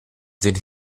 did